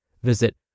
Visit